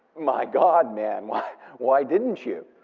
my god, man, why why didn't you?